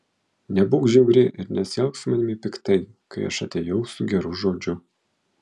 nebūk žiauri ir nesielk su manimi piktai kai aš atėjau su geru žodžiu